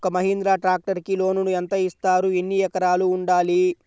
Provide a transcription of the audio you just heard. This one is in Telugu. ఒక్క మహీంద్రా ట్రాక్టర్కి లోనును యెంత ఇస్తారు? ఎన్ని ఎకరాలు ఉండాలి?